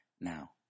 Now